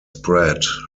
spread